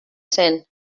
zen